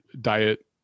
diet